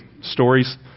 stories